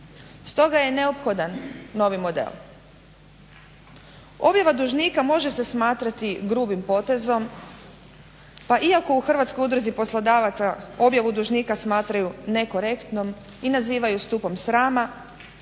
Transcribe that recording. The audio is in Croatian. Stoga je neophodan novi model. Objava dužnika može se smatrati grubim potezom pa iako u Hrvatskoj udruzi poslodavaca objavu dužnika smatraju nekorektnom i nazivaju stupom srama,